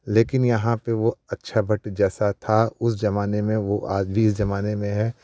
लेकिन यहाँ पे वह अक्षय वट जैसा था उस ज़माने में वह आज भी इस ज़माने में है